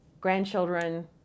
Grandchildren